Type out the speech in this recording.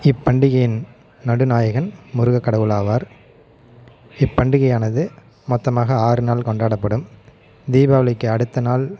இப்பண்டிகையின் நடுநாயகன் முருகக் கடவுள் ஆவார் இப்பண்டிகையானது மொத்தமாக ஆறு நாள் கொண்டாடப்படும் தீபாவளிக்கு அடுத்த நாள்